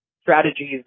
strategies